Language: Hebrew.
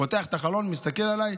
פותח את החלון, מסתכל עליי: